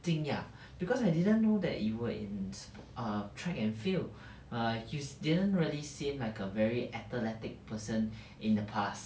惊讶 because I didn't know that you were in spo~ track and field err you didn't really seem like a very athletic person in the past